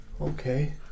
Okay